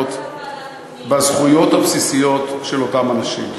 הבסיסיות של אותם אנשים.